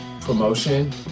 promotion